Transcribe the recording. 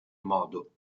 modo